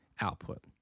output